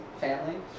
family